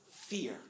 Fear